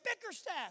Bickerstaff